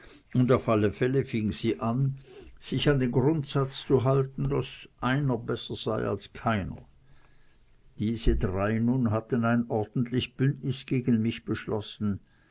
und auf alle fälle fing sie an sich an den grundsatz zu halten daß einer besser sei als keiner diese drei nun hatten ein ordentlich bündnis gegen mich geschlossen